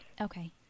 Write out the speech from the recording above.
Okay